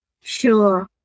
Sure